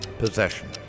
Possession